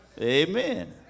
Amen